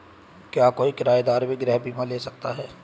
क्या कोई किराएदार भी गृह बीमा ले सकता है?